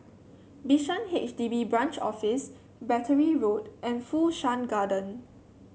Bishan H D B Branch Office Battery Road and Fu Shan Garden